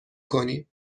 کنیم